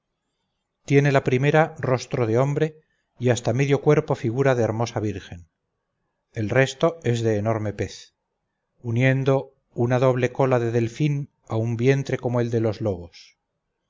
tiene la primera rostro de hombre y hasta medio cuerpo figura de hermosa virgen el resto es de enorme pez uniendo una doble cola de delfín a un vientre como el de los lobos